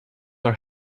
are